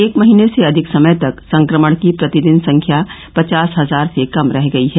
एक महीने से अधिक समय तक संक्रमण की प्रतिदिन संख्या पचास हजार से कम रह गई है